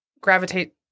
gravitate